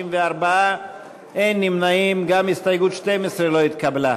נגדה, 64. ההסתייגות לא התקבלה.